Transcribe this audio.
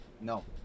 No